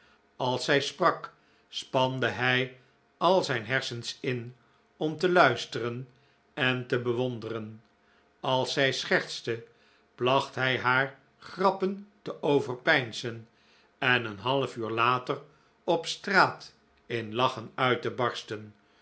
als zij sprak spande hij al zijn hersens in om te luisteren en te bewonderen als zij schertste placht hij haar grappen te overpeinzen en een half uur later op straat in lachen uit te barsten